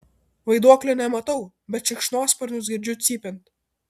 vaiduoklio nematau bet šikšnosparnius girdžiu cypiant